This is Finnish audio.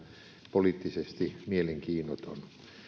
poliittisesti mielenkiinnoton